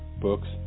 books